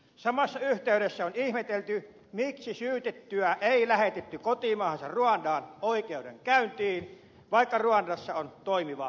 samassa yhteydessä on ihmetelty miksi syytettyä ei lähetetty kotimaahansa ruandaan oikeudenkäyntiin vaikka ruandassa on toimiva oikeusjärjestelmä